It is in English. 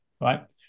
right